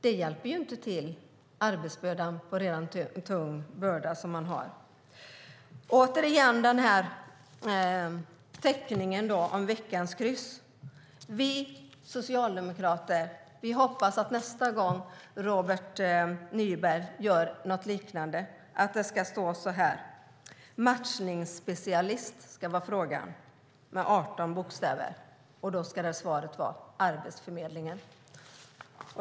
Det hjälper inte Arbetsförmedlingen med den redan tunga arbetsbörda som de har. Jag återkommer till teckningen om veckans kryss. Vi socialdemokrater hoppas att det nästa gång Robert Nyberg gör en liknande teckning ska stå: matchningsspecialist, och det ska vara 18 bokstäver. Svaret ska vara Arbetsförmedlingen.